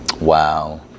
Wow